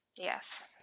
Yes